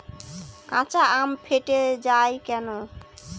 কাঁচা আম ফেটে য়ায় কেন?